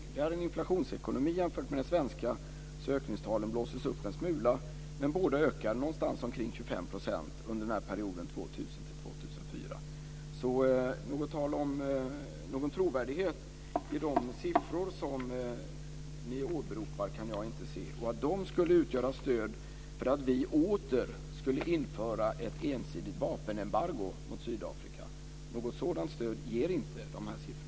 Det här är en inflationsekonomi jämfört med den svenska, så ökningstalen blåses upp en smula, men båda ökar med någonstans omkring 25 % under perioden 2000-2004. Någon trovärdighet i de siffror som ni åberopar kan jag därför inte se. Apropå att de skulle utgöra ett stöd för att vi åter skulle införa ett ensidigt vapenembargo mot Sydafrika vill jag säga att något sådant stöd ger inte de här siffrorna.